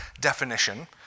definition